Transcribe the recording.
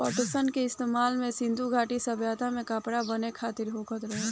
पटसन के इस्तेमाल सिंधु घाटी सभ्यता में कपड़ा बनावे खातिर होखत रहे